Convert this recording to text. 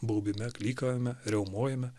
baubime klykavime riaumojime